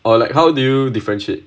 or like how did you differentiate